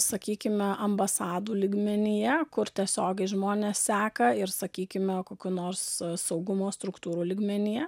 sakykime ambasadų lygmenyje kur tiesiogiai žmones seka ir sakykime kokių nors saugumo struktūrų lygmenyje